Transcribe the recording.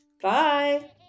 Bye